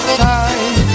time